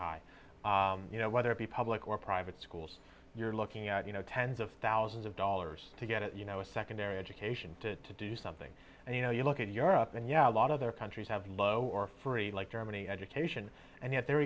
high you know whether it be public or private schools you're looking at you know tens of thousands of dollars to get you know a secondary education to do something and you know you look at europe and you know a lot of their countries have low or free like germany education and yet the